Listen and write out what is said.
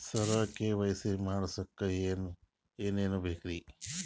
ಸರ KYC ಮಾಡಸಕ್ಕ ಎನೆನ ಬೇಕ್ರಿ?